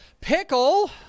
Pickle